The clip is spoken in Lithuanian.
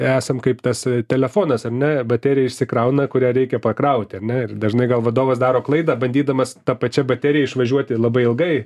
esam kaip tas telefonas ar ne baterija išsikrauna kurią reikia pakrauti ar ne ir dažnai gal vadovas daro klaidą bandydamas ta pačia baterija išvažiuoti labai ilgai